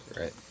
right